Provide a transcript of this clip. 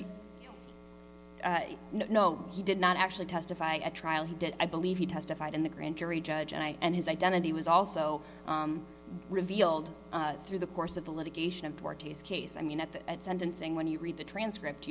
judge know he did not actually testify at trial he did i believe he testified in the grand jury judge and i and his identity was also revealed through the course of the litigation of shorty's case i mean at the at sentencing when you read the transcript